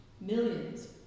Millions